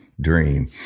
dream